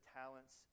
talents